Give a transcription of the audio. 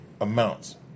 amounts